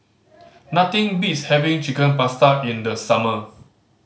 nothing beats having Chicken Pasta in the summer